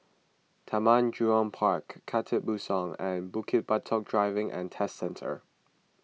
Taman Jurong Park Khatib Bongsu and Bukit Batok Driving and Test Centre